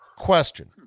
Question